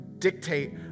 dictate